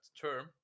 term